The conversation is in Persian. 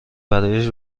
برای